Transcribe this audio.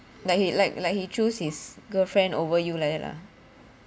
like he like like he choose his girlfriend over you like that ah